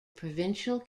provincial